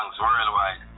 worldwide